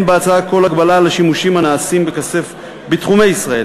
בהצעה כל הגבלה על השימושים הנעשים בכסף בתחומי ישראל,